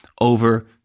over